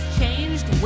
changed